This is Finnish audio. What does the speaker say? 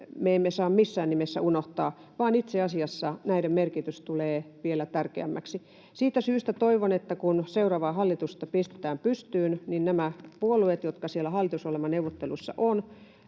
päästään, missään nimessä unohtaa, vaan itse asiassa näiden merkitys tulee vielä tärkeämmäksi. Siitä syystä toivon, että kun seuraavaa hallitusta pistetään pystyyn, niin nämä puolueet, jotka siellä hallitusohjelmaneuvotteluissa ovat,